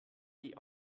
die